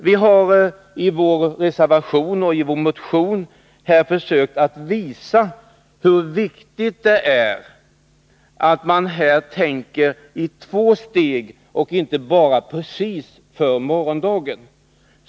Vi har i vår reservation och vår motion försökt visa hur viktigt det är att tänka i två steg och inte bara för morgondagen.